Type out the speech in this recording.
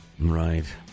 Right